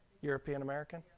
European-American